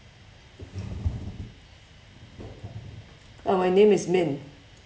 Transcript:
uh my name is min